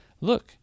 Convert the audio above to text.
look